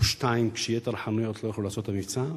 שתיים כשיתר החנויות לא יכלו לעשות את המבצע.